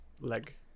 leg